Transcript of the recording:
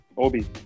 Obi